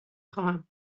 خواهم